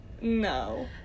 No